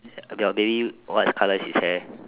okay baby what's colour is his hair